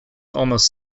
almost